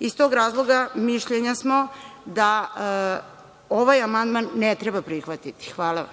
Iz tog razloga mišljenja smo da ovaj amandman ne treba prihvatiti. Hvala.